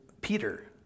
Peter